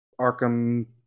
arkham